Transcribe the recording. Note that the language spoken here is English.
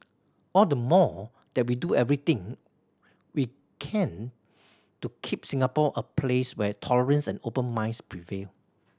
all the more that we do everything we can to keep Singapore a place where tolerance and open minds prevail